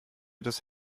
des